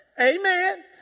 Amen